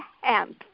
hand